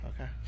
okay